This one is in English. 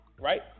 right